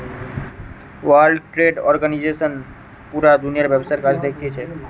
world trade organisation পুরা দুনিয়ার ব্যবসার কাজ দেখতিছে